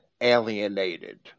alienated